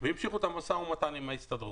ואז המשיכו את המשא ומתן עם ההסתדרות.